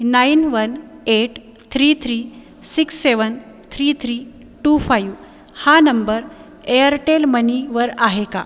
nine one eight three three six seven three three two five हा नंबर Airtel मनीवर आहे का